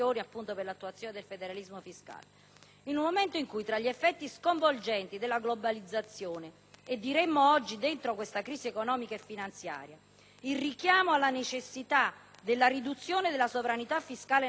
un momento in cui gli effetti sconvolgenti della globalizzazione» - e oggi si potrebbe dire all'interno di questa crisi economica e finanziaria - «e il richiamo alla necessità della riduzione della sovranità fiscale nazionale spingono al coordinamento